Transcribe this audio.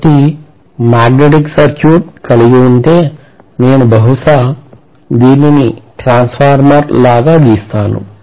కాబట్టి magnetic circuit కలిగి ఉంటే నేను బహుశా దీనిని ట్రాన్స్ఫార్మర్ లాగా గీస్తాను